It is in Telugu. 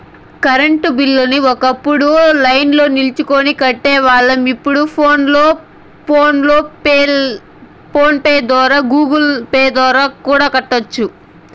కరెంటు బిల్లుని ఒకప్పుడు లైన్ల్నో నిల్చొని కట్టేవాళ్ళం, ఇప్పుడు ఫోన్ పే లేదా గుగుల్ పే ద్వారా కూడా కట్టొచ్చు